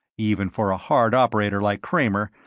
even for a hard operator like kramer,